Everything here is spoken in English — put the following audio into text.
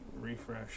Refresh